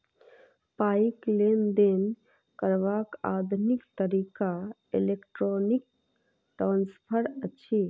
पाइक लेन देन करबाक आधुनिक तरीका इलेक्ट्रौनिक ट्रांस्फर अछि